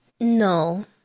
No